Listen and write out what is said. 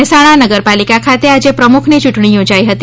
મહેસાણા નગરપાલિકા ખાતે આજે પ્રમુખની યૂંટણી યોજાઇ હતી